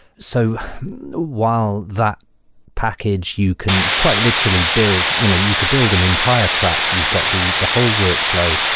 so while that package you can quite literally build, you know you could build an entire track. you've got the the whole workflow.